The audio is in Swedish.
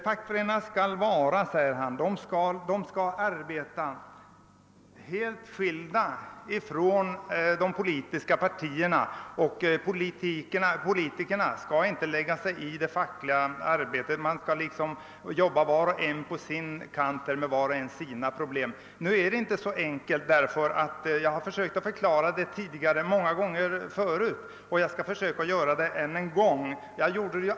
Fackföreningarna skall enligt herr Nilsson i Agnäs arbeta helt skilda från de politiska partierna, och politikerna skall inte lägga sig i det fackliga arbetet, var och en skall arbeta på sin kant och med sina egna problem. Men nu är det inte så enkelt att göra detta. Flera gånger tidigare har jag försökt att förklara saken och skall försöka än en gång.